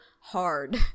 hard